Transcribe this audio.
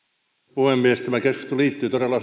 puhemies tämä keskustelu liittyy todella